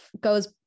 goes